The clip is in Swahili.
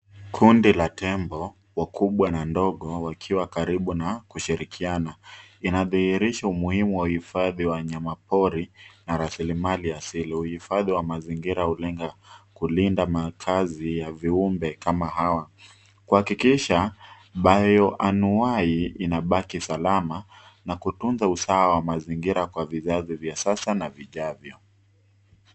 Kundi la tembo, wakubwa na ndogo, wakiwa karibu na kushirikiano. Inadhihirisha umuhimu wa uhifadhi wa wanyamapori na rasilimali asili. Uhifadhi wa mazingira hulenga kulinda makazi ya viumbe kama hawa kuhakikisha ambayo anwai inabaki salama na kutunza usawa wa mazingira kwa vizazi vya sasa na vijavyo.